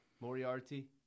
Moriarty